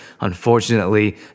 Unfortunately